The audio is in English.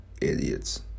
Idiots